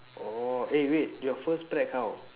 oh eh wait your first prac~ how